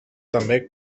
també